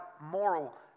moral